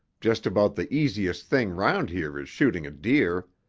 just about the easiest thing round here is shooting a deer.